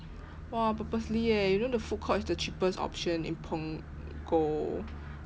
!wah! purposely eh you know the food court is the cheapest option in punggol